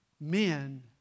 Men